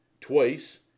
Twice